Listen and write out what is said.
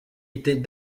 était